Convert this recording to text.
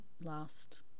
last